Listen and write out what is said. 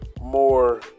more